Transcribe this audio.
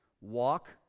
walk